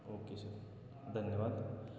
okay sir धन्यवाद